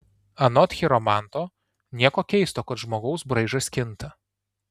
anot chiromanto nieko keisto kad žmogaus braižas kinta